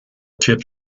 tips